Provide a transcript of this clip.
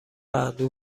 اندوه